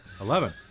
Eleven